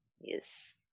yes